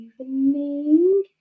evening